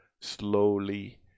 slowly